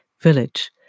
village